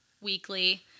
weekly